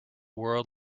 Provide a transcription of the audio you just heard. world